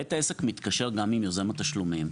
בית העסק מתקשר גם עם יוזם התשלומים.